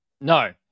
No